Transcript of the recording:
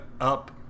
up